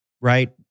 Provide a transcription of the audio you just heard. right